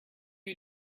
you